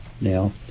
Now